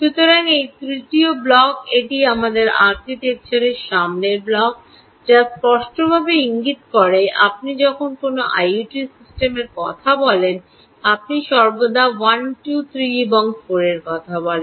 সুতরাং এটি তৃতীয় ব্লক এটি আমাদের আর্কিটেকচারের সামনের ব্লক যা স্পষ্টভাবে ইঙ্গিত করে আপনি যখন কোনও আইওটি সিস্টেমের কথা বলেন আপনি সর্বদা 1 2 3 এবং 4 এর কথা বলেন